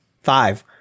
Five